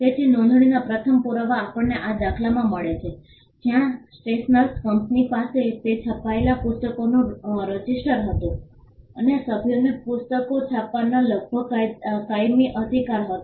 તેથી નોંધણીના પ્રથમ પુરાવા આપણને આ દાખલામાં મળે છે જ્યાં સ્ટેશનર્સ કંપની પાસે તે છપાયેલ પુસ્તકોનું રજિસ્ટર હતું અને સભ્યોને પુસ્તકો છાપવાનો લગભગ કાયમી અધિકાર હતો